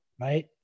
Right